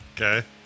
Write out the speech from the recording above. Okay